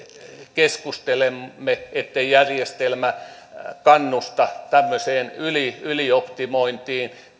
keskustelemme ettei järjestelmä kannusta tämmöiseen ylioptimointiin